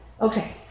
Okay